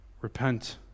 Repent